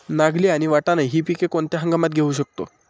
नागली आणि वाटाणा हि पिके कोणत्या हंगामात घेऊ शकतो?